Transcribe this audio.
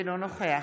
אינו נוכח